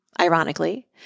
ironically